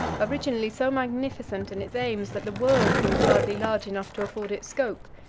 originally so magnificent in its aims that the world seemed hardly large enough to afford it scope,